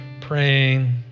praying